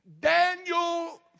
Daniel